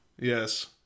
yes